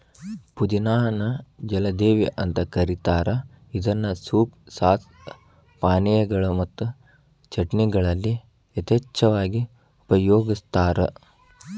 ಪುದಿನಾ ನ ಜಲದೇವಿ ಅಂತ ಕರೇತಾರ ಇದನ್ನ ಸೂಪ್, ಸಾಸ್, ಪಾನೇಯಗಳು ಮತ್ತು ಚಟ್ನಿಗಳಲ್ಲಿ ಯಥೇಚ್ಛವಾಗಿ ಉಪಯೋಗಸ್ತಾರ